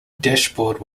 dashboard